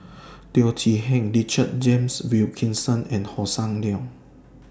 Teo Chee Hean Richard James Wilkinson and Hossan Leong